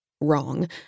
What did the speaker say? Wrong